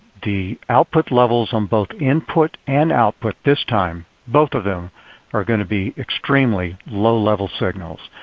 the output levels on both input and output this time, both of them are going to be extremely low level signals.